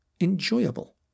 enjoyable